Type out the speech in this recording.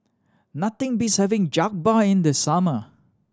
nothing beats having Jokbal in the summer